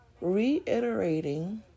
reiterating